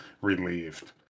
relieved